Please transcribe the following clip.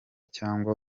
cyangwa